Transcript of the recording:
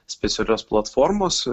specialios platformos